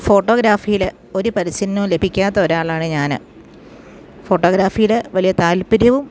ഫോട്ടോഗ്രാഫിയില് ഒരു പരിശീലനവും ലഭിക്കാത്ത ഒരാളാണ് ഞാന് ഫോട്ടോഗ്രാഫിയില് വലിയ താല്പര്യവും